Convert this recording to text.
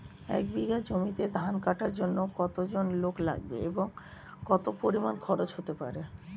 এক বিঘা জমিতে ধান কাটার জন্য কতজন লোক লাগবে এবং কত পরিমান খরচ হতে পারে?